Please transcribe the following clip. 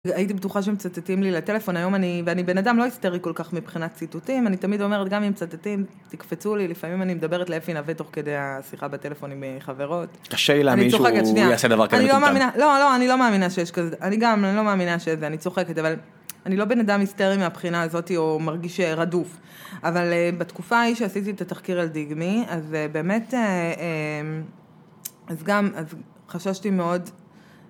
הייתי בטוחה שמצטטים לי לטלפון, היום אני, ואני בן אדם לא היסטרי כל כך מבחינת ציטוטים, אני תמיד אומרת גם אם מצטטים, תקפצו לי, לפעמים אני מדברת לאפי נווה תוך כדי השיחה בטלפון עם חברות. קשה לי להאמין אני צוחקת שנייה, שהוא יעשה דבר כזה מתוחכם. לא, לא, אני לא מאמינה שיש כזה, אני גם, אני לא מאמינה שזה, אני צוחקת, אבל אני לא בן אדם היסטרי מהבחינה הזאתי או מרגישה רדוף, אבל בתקופה ההיא שעשיתי את התחקיר על דיגמי, אז באמת, אז גם, אז חששתי מאוד.